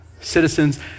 citizens